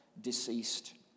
deceased